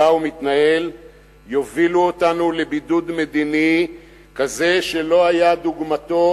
יובילו אותנו לבידוד מדיני כזה שלא היה דוגמתו